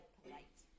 polite